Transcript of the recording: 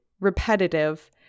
repetitive